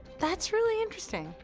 that's really interesting.